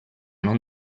non